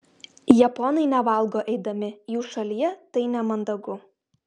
japonai nevalgo eidami jų šalyje tai nemandagu